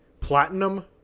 Platinum